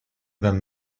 them